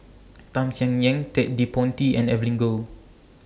Tham Sien Yen Ted De Ponti and Evelyn Goh